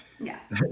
Yes